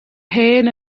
hen